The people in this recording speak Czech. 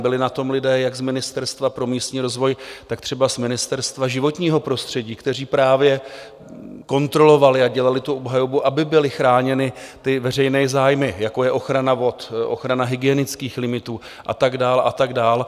Byli na tom lidé jak z Ministerstva pro místní rozvoj, tak třeba z Ministerstva životního prostředí, kteří právě kontrolovali a dělali tu obhajobu, aby byly chráněny ty veřejné zájmy, jako je ochrana vod, ochrana hygienických limitů a tak dál a tak dál.